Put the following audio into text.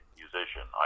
musician